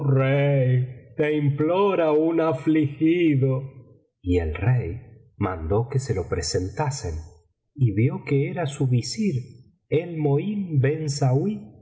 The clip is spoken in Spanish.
implora un afligido y el rey mandó que se lo presentasen y vio que era su visir